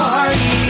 Party